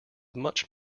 much